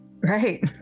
Right